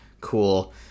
cool